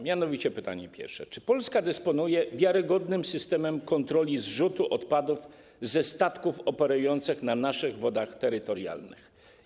Mianowicie pytanie pierwsze: Czy Polska dysponuje wiarygodnym systemem kontroli zrzutu odpadów ze statków operujących na naszych wodach terytorialnych?